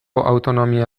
autonomia